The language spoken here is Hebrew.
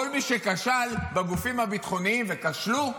כל מי שכשל בגופים הביטחוניים, וכשלו,